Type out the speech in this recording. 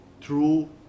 true